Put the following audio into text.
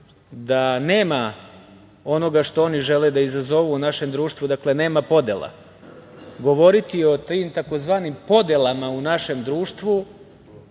da nema onoga što oni žele da izazovu u našem društvu, dakle, nema podela. Govoriti o tim tzv. podelama u našem društvu,